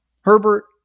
Herbert